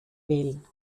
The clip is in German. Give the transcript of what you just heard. wählen